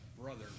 brother